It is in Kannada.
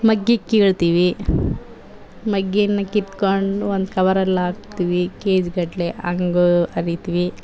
ಮೊಗ್ಗು ಕೀಳ್ತೀವಿ ಮೊಗ್ಗನ್ನ ಕಿತ್ಕೊಂಡು ಒಂದು ಕವರಲ್ಲಿ ಹಾಕ್ತೀವಿ ಕೆಜಿ ಗಟ್ಲೆ ಹಂಗ್ ಹರಿತೀವಿ